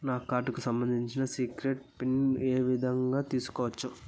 నా కార్డుకు సంబంధించిన సీక్రెట్ పిన్ ఏ విధంగా తీసుకోవచ్చు?